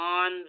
on